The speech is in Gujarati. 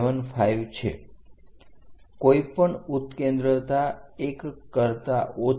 75 છે કોઈપણ ઉત્કેન્દ્રતા 1 એક કરતા ઓછી